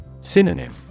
Synonym